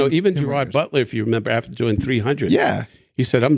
but even gerard butler, if you remember, after doing three hundred, yeah he said, um